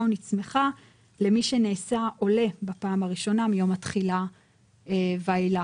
או נצמחה למי שנעשה עולה בפעם הראשונה מיום התחילה ואילך.